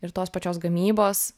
ir tos pačios gamybos